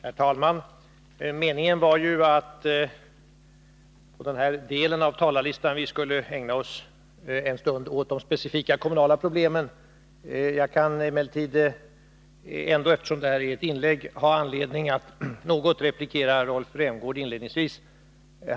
Herr talman! Meningen var ju att vi när det gäller den här delen av talarlistan skulle ägna oss en stund åt de specifika kommunala problemen. Jag måste emellertid, eftersom jag nu gör ett inlägg i debatten, inledningsvis något replikera Rolf Rämgård.